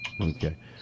Okay